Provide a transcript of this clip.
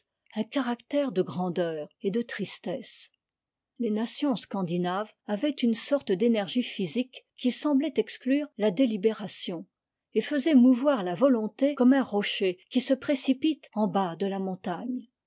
un caractère de grandeur et de tristesse les nations scandinaves avaient une sorte d'énergie physique qui semblait exclure la délibération et faisait mouvoir la volonté comme un rocher qui se précipite en bas de la montagne